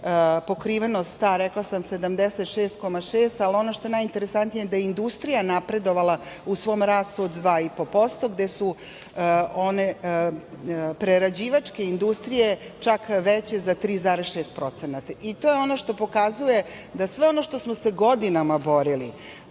pokrivenost ta, rekla sam, 76,6%, ali ono što je najinteresantnije jeste da je industrija napredovala u svom rastu od 2,5%, a gde su one prerađivačke industrije čak veće za 3,6%.To je ono što pokazuje da sve ono za šta smo se godinama borili,